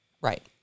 Right